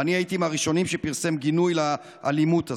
ואני הייתי מהראשונים שפרסם גינוי לאלימות הזאת.